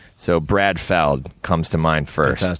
so, brad feld comes to mind first.